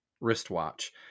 wristwatch